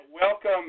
welcome